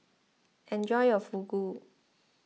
enjoy your Fugu